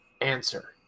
answer